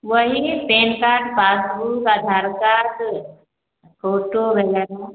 वही PAN card passbook Aadhaar card photo वगैरह